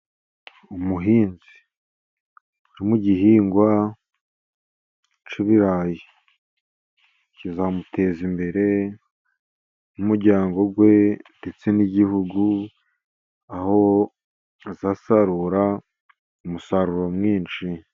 Umuhinzi w'igihingwa cy'ibirayi kizamuteza imbere n'umuryango we ndetse n'igihugu, aho azasarura umusaruro mwinshi.